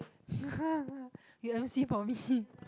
you M_C for me